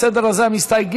בסדר הזה המסתייגים.